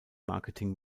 marketing